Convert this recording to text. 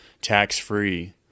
tax-free